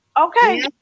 Okay